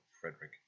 Frederick